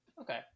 Okay